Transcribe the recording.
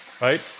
right